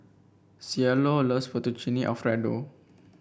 Cielo loves Fettuccine Alfredo